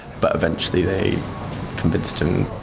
but eventually they convinced him.